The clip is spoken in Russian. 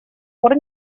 пор